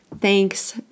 Thanks